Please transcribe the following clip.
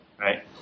right